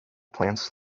plants